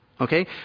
Okay